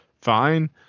fine